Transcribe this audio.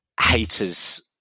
haters